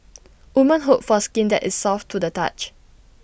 women hope for skin that is soft to the touch